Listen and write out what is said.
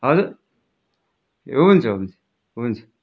हजुर ए हुन्छ हुन्छ हुन्छ